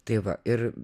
tai va ir